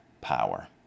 power